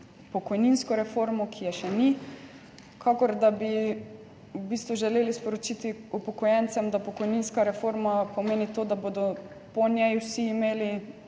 pokojninsko reformo, ki je še ni, kakor da bi v bistvu želeli sporočiti upokojencem, da pokojninska reforma pomeni to, da bodo po njej vsi imeli